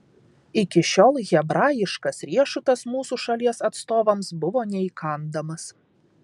iki šiol hebrajiškas riešutas mūsų šalies atstovams buvo neįkandamas